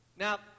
Now